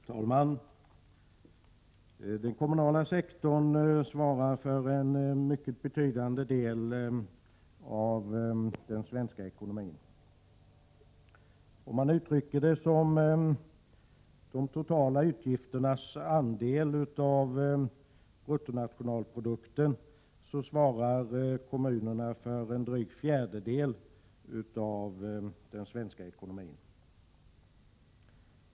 Herr talman! Den kommunala sektorn svarar för en mycket betydande del av den svenska ekonomin. Om man uttrycker det som de totala utgifternas andel av bruttonationalprodukten svarar kommunerna för en dryg fjärdedel av den svenska ekonomin.